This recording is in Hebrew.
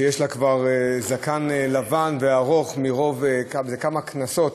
שיש לה כבר זקן לבן וארוך מרוב, זה כמה כנסות